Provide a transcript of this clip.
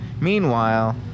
Meanwhile